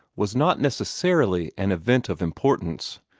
was not necessarily an event of importance.